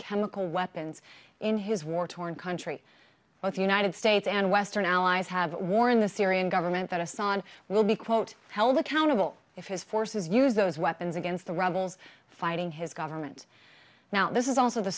chemical weapons in his war torn country but the united states and western allies have war in the syrian government that assad will be quote held accountable if his forces use those weapons against the rebels fighting his government now this is also the